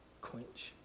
quench